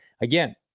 Again